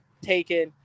taken